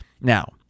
Now